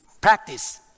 Practice